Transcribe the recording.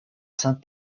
saint